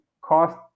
cost